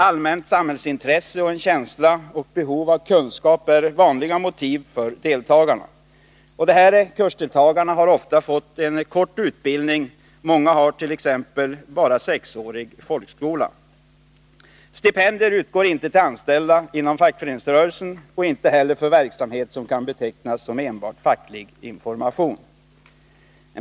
Allmänt samhällsintresse samt en känsla och ett behov av kunskap är vanliga motiv för deltagarna. De här kursdeltagarna har ofta fått en kort utbildning — många har t.ex. bara sexårig folkskola. Stipendier utgår inte till anställda inom fackföreningsrörelsen och inte heller för verksamhet som kan betecknas som enbart facklig information.